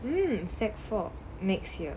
um set four next year